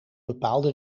bepaalde